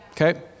okay